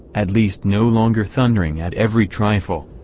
at least no longer thundering at every trifle.